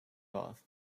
bath